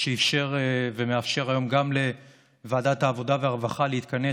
שאפשר ומאפשר היום גם לוועדת העבודה והרווחה להתכנס